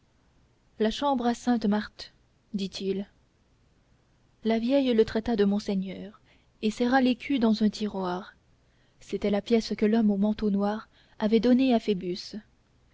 la chambre à sainte marthe dit-il la vieille le traita de monseigneur et serra l'écu dans un tiroir c'était la pièce que l'homme au manteau noir avait donnée à